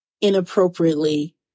inappropriately